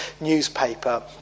newspaper